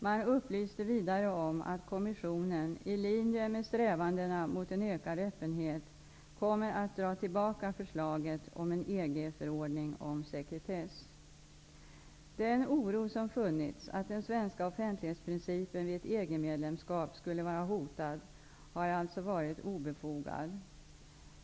Man upplyste vidare om att kommissionen i linje med strävandena mot en ökad öppenhet kommer att dra tillbaka förslaget om en EG-förordning om sekretess. Den oro som funnits, att den svenska offentlighetsprincipen vid ett EG-medlemskap skulle vara hotad, har alltså varit obefogad.